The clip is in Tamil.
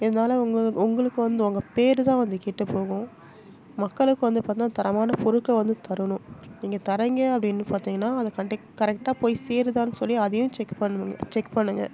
இதனால உங்களுக்கு உங்களுக்கு வந்து உங்க பேர்தான் வந்து கெட்டு போகும் மக்களுக்கு வந்து பார்த்திங்கனா தரமான பொருட்கள் வந்து தரணும் நீங்கள் தர்றீங்க அப்படின்னு பார்த்திங்கனா அதை கரெக்டாக போய் சேருதான்னு சொல்லி அதையும் செக் பண்ணுவீங்க செக் பண்ணுங்கள்